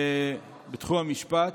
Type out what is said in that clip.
בתחום המשפט,